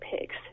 pigs